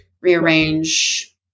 rearrange